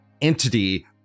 entity